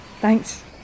Thanks